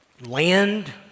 land